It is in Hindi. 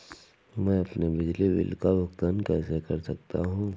मैं अपने बिजली बिल का भुगतान कैसे कर सकता हूँ?